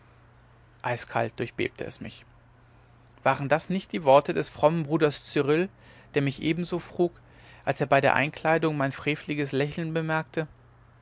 eiskalt durchbebte es mich waren das nicht die worte des frommen bruders cyrill der mich ebenso frug als er bei der einkleidung mein freveliges lächeln bemerkte